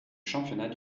championnat